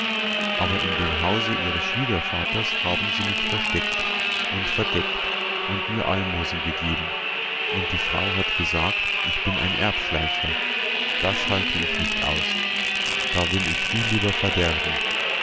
aber in dem hause ihres schwiegervaters haben sie mich versteckt und verdeckt und mir almosen gegeben und die frau hat gesagt ich bin ein erbschleicher das halte ich nicht aus da will ich viel lieber verderben